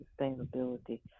sustainability